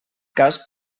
cas